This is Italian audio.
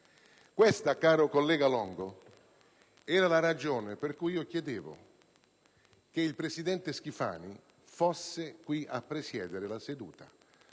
Questa, caro collega Longo, era la ragione per cui chiedevo che il presidente Schifani fosse qui a presiedere la seduta